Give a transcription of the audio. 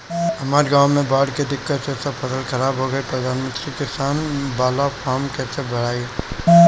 हमरा गांव मे बॉढ़ के दिक्कत से सब फसल खराब हो गईल प्रधानमंत्री किसान बाला फर्म कैसे भड़ाई?